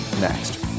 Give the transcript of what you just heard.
next